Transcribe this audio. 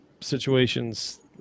situations